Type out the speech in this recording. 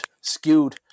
skewed